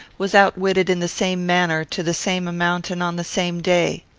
was outwitted in the same manner, to the same amount, and on the same day.